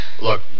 Look